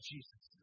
Jesus